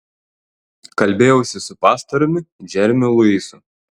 kalbėjausi su pastoriumi džeremiu luisu